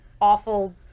awful